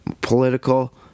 Political